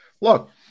Look